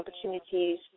opportunities